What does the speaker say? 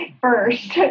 first